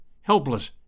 helpless